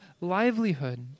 livelihood